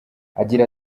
agira